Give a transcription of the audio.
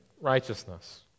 righteousness